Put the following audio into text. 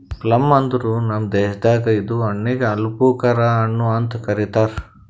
plum ಅಂದುರ್ ನಮ್ ದೇಶದಾಗ್ ಇದು ಹಣ್ಣಿಗ್ ಆಲೂಬುಕರಾ ಹಣ್ಣು ಅಂತ್ ಕರಿತಾರ್